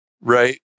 Right